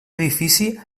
edifici